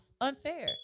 unfair